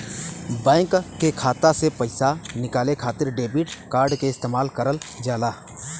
bank के खाता से पइसा निकाले खातिर डेबिट कार्ड क इस्तेमाल करल जाला